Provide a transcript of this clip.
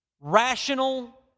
rational